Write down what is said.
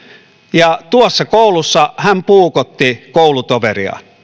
ja tuossa koulussa hän puukotti koulutoveriaan